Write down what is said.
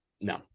no